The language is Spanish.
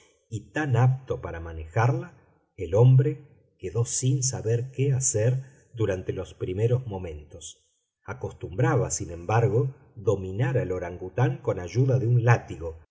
y tan apto para manejarla el hombre quedó sin saber que hacer durante los primeros momentos acostumbraba sin embargo dominar al orangután con ayuda de un látigo